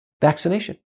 vaccination